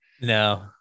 No